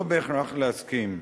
לא בהכרח להסכים,